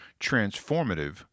transformative